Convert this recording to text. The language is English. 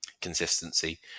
consistency